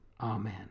Amen